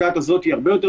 רז איתנו?